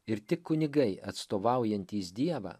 ir tik kunigai atstovaujantys dievą